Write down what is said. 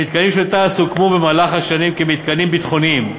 המתקנים של תע"ש הוקמו במהלך השנים כמתקנים ביטחוניים,